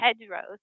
hedgerows